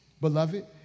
beloved